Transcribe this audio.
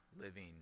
living